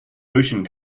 ocean